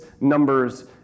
Numbers